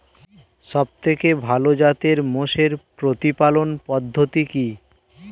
সবথেকে ভালো জাতের মোষের প্রতিপালন পদ্ধতি কি?